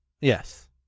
Yes